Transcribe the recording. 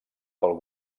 pel